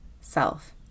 self